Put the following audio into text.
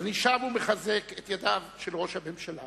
אני שב ומחזק את ידיו של ראש הממשלה